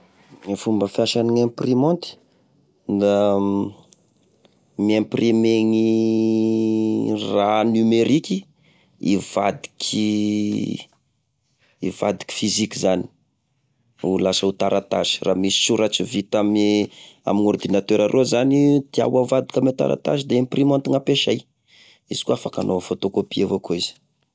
E fomba fiasane gny imprimante, da mi-imprime iny raha numeriky ivadiky, hivadiky physique zany, ho lasa ho taratasy, raha misy soratra vita ame amign'ordinatera aroa zany, tia ho avadika ame taratasy, de imprimante gn'ampesay; izy koa afaka hagnaova photopcopie avakoa izy.